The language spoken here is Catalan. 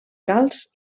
calç